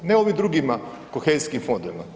Ne o ovim drugima kohezijskim fondovima.